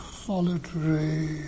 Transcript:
solitary